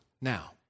Now